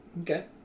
Okay